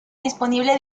disponible